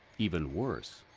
even worse,